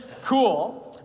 cool